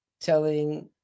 telling